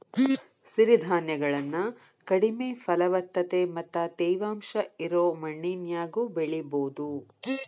ಸಿರಿಧಾನ್ಯಗಳನ್ನ ಕಡಿಮೆ ಫಲವತ್ತತೆ ಮತ್ತ ತೇವಾಂಶ ಇರೋ ಮಣ್ಣಿನ್ಯಾಗು ಬೆಳಿಬೊದು